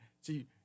see